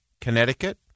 Connecticut